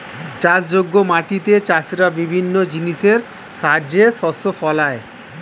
চাষযোগ্য মাটিতে চাষীরা বিভিন্ন জিনিসের সাহায্যে শস্য ফলায়